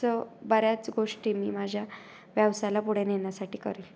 च बऱ्याच गोष्टी मी माझ्या व्यवसायाला पुढे नेण्यासाठी करेल